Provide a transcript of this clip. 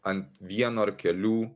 ant vieno ar kelių